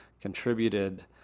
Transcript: contributed